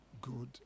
good